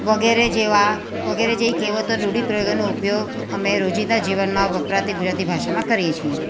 વગેરે જેવા વગેરે જેવી કેહવતો અને રૂઢિપ્રયોગોનો ઉપયોગ અમે રોજીંદા જીવનમાં વપરાતી ગુજરાતી ભાષામાં અમે કરીએ છીએ